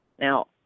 Now